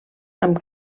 amb